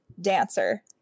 Dancer